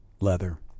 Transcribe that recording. leather